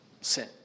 sin